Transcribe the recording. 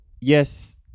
yes